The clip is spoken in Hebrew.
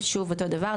שוב אותו דבר,